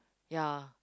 ya